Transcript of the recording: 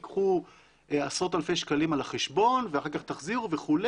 קחו עשרות אלפי שקלים על החשבון ואחר כך תחזירו וכו',